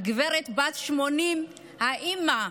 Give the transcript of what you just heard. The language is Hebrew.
הגברת בת ה-80, האימא,